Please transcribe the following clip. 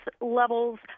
levels